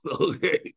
Okay